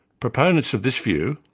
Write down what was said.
proponents of this view,